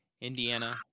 Indiana